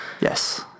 Yes